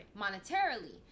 monetarily